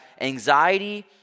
anxiety